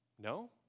No